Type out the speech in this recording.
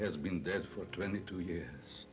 has been dead for twenty two years